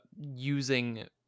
using